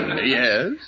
Yes